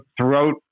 throughout